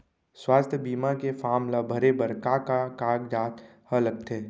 स्वास्थ्य बीमा के फॉर्म ल भरे बर का का कागजात ह लगथे?